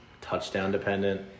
touchdown-dependent